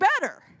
better